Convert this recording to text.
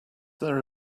there